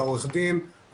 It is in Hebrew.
עורך הדין,